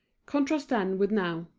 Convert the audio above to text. contrast then with now.